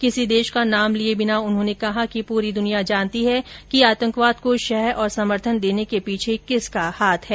किसी देश का नाम लिये बिना उन्होंने कहा कि पूरी दुनिया जानती है कि आतंकवाद को शह और समर्थन देने के पीछे किसका हाथ है